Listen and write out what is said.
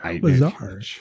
Bizarre